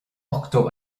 ochtó